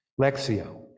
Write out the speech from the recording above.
Lexio